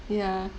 ya